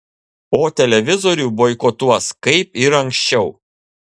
o televizorių boikotuos kaip ir anksčiau